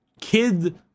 kid